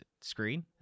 screen